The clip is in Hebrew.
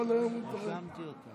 כל היום היא, רשמתי אותה.